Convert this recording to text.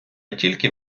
тільки